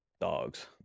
Dogs